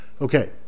Okay